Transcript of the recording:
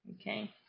Okay